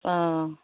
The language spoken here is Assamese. অঁ